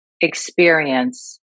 experience